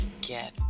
Get